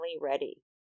ready